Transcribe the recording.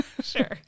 Sure